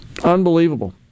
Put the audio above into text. Unbelievable